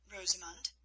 Rosamund